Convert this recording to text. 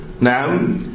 Now